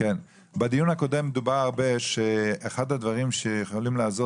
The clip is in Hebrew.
בדיון הקודם דובר הרבה על כך שאחד הדברים שיכולים לעזור